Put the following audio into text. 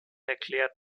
erklärt